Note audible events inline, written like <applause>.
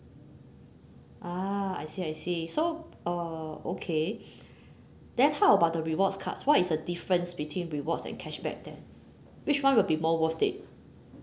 ah I see I see so uh okay <breath> then how about the rewards cards what is the difference between rewards and cashback then which [one] will be more worth it